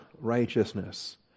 righteousness